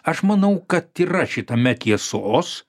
aš manau kad yra šitame tiesos